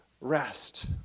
rest